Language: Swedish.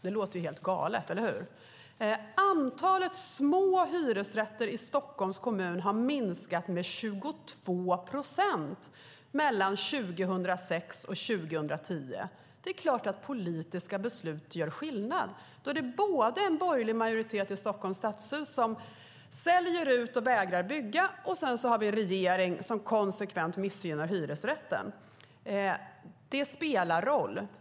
Det låter helt galet, eller hur? Antalet små hyresrätter i Stockholms kommun har minskat med 22 procent mellan 2006 och 2010. Det är klart att politiska beslut gör skillnad. Det finns både en borgerlig majoritet i Stockholms stadshus som säljer ut och vägrar bygga och en regering som konsekvent missgynnar hyresrätten. Det spelar en roll.